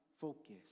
focus